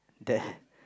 there